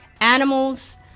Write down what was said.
Animals